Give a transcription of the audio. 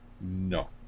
no